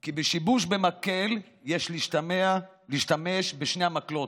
כי בשימוש במקל יש להשתמש בשני המקלות: